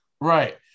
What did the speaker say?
Right